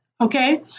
Okay